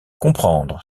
comprendre